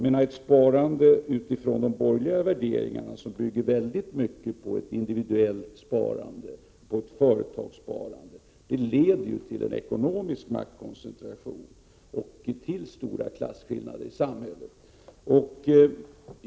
Ett sparande utifrån de borgerliga värderingarna, som bygger väldigt mycket på ett individuellt sparande och på ett företagssparande, leder ju till en ekonomisk maktkoncentration och till stora klasskillnader i samhället.